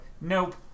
nope